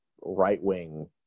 right-wing